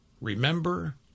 remember